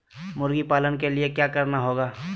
मुर्गी पालन के लिए क्या करना होगा?